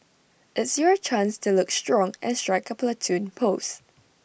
it's your chance to look strong and strike A Platoon pose